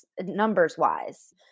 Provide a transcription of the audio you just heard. numbers-wise